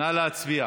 נא להצביע.